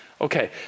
Okay